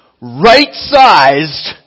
right-sized